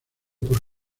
por